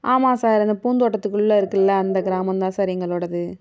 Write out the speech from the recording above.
ஆமாம் சார் இந்த பூந்தோட்டத்துக்குள்ளே இருக்குல்லை அந்த கிராமம்தான் சார் எங்களோடது